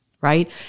Right